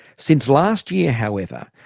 since last year, however,